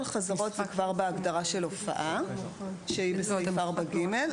חזרות זה כבר בהגדרה של הופעה, וזה בסעיף 4(ג).